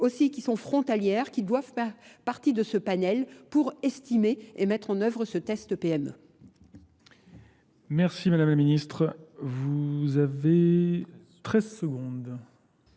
qui sont frontalières, qui doivent être partie de ce panel pour estimer et mettre en œuvre ce test PME. Merci Madame la Ministre. Vous avez 13 secondes.